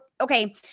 Okay